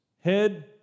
head